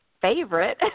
favorite